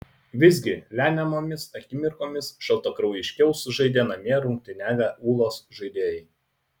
visgi lemiamomis akimirkomis šaltakraujiškiau sužaidė namie rungtyniavę ūlos žaidėjai